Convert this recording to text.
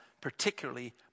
particularly